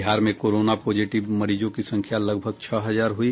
बिहार में corona positive मरीजों की संख्या लगभग छह हजार हुई